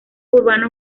urbanos